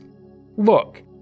Look